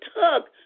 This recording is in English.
tug